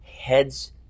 heads